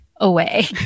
away